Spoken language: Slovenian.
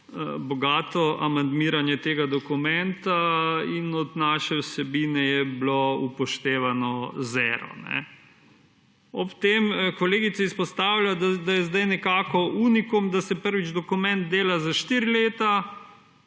bogato amandmiranje tega dokumenta, pa je bilo od naše vsebine upoštevano – zero. Ob tem kolegica izpostavlja, da je zdaj nekako unikum, da se prvič dokument dela za štiri leta,